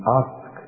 ask